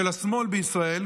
של השמאל בישראל,